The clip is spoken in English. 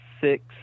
six